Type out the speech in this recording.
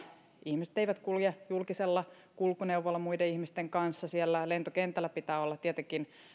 ihmiset eivät kulje julkisella kulkuneuvolla muiden ihmisten kanssa ja lentokentällä pitää olla tietenkin